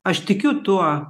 aš tikiu tuo